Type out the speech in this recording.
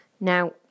Now